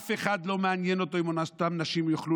אף אחד לא מעניין אותו אם אותן נשים יוכלו